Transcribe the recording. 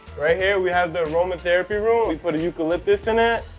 right here we have the aroma therapy room. we put eucalyptus in it,